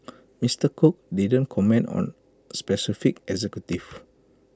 Mister cook didn't comment on specific executives